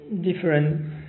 different